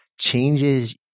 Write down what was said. changes